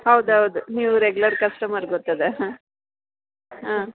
ಹೌದು ಹೌದು ನೀವು ರೆಗ್ಯುಲರ್ ಕಸ್ಟಮರ್ ಗೊತ್ತದೆ ಹಾಂ ಹಾಂ